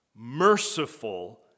merciful